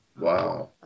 Wow